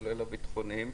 כולל הביטחוניים,